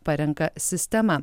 parenka sistema